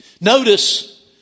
Notice